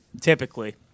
Typically